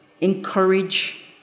encourage